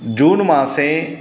जून् मासे